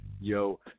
Yo